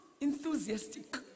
enthusiastic